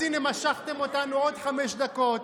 אז הינה, משכתם אותנו עוד חמש דקות.